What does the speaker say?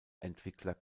entwickler